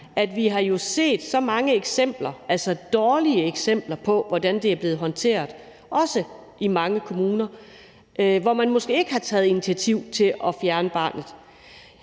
at vi har set så mange dårlige eksempler på, hvordan det også er blevet håndteret i mange kommuner, hvor man måske ikke har taget initiativ til at fjerne barnet.